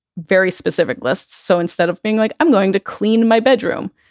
very specific lists. so instead of being like, i'm going to clean my bedroom,